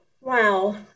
Wow